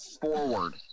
forward